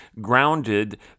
grounded